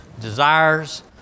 desires